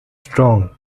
strong